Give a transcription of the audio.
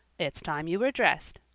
it's time you were dressed,